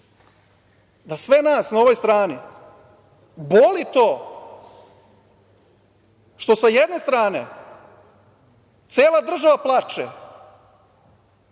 da sve nas na ovoj strani boli to što sa jedne strane cela država plače,